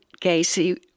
Gacy